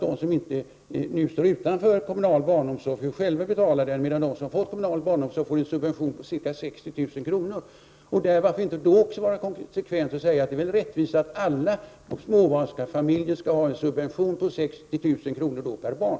De som nu står utanför kommunal barnomsorg får själva betala sin omsorg, medan de som fått kommunal barnomsorg får en subvention på ca 60 000 kr. Varför inte vara konsekvent och säga att det är rättvist att alla småbarnsfamiljer får en subvention på 60 000 kr. per barn?